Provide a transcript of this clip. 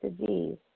disease